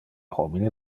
homine